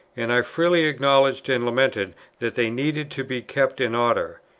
and i freely acknowledged and lamented that they needed to be kept in order.